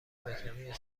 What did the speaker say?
اسلواکی